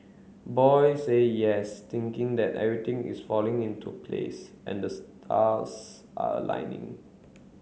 boy say yes thinking that everything is falling into place and the stars are aligning